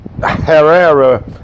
Herrera